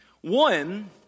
One